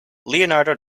leonardo